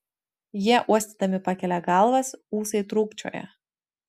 jie uostydami pakelia galvas ūsai trūkčioja